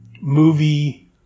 movie